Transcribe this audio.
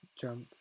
Jump